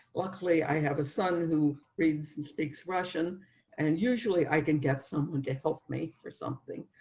luckily, i have a son who reads and speaks russian and usually i can get someone to help me for something,